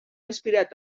inspirat